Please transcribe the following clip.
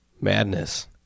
madness